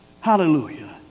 Hallelujah